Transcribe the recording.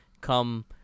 come